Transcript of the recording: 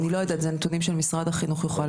אני לא יודעת, זה נתונים שמשרד החינוך יוכל